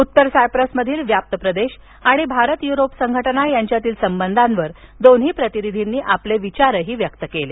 उत्तर सायप्रसमधील व्याप्त प्रदेश आणि भारत युरोप संघटना यांच्यातील संबंधांवर दोन्ही प्रतिनिधींनी आपले विचार व्यक्त केले